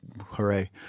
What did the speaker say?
Hooray